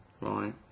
Right